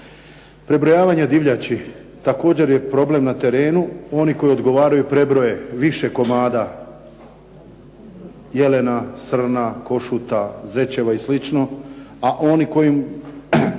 Prebrojavanje divljači također je problem na terenu. Oni kojima odgovaraju prebroje više komada jelena, srna, košuta, zečeva i sl., a oni kojima